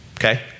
Okay